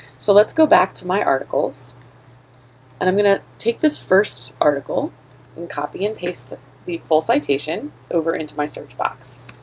so let's go back to my articles and i'm going to take this first article and copy and paste the the full citation over into my search box.